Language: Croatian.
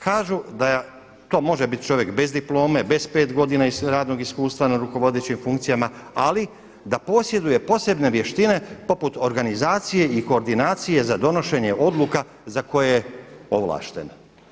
Kažu da to može biti čovjek bez diplome, bez 5 godina radnog iskustva na rukovodećim funkcijama ali da posjeduje posebne vještine poput organizacije i koordinacije za donošenje odluka za koje je ovlašten.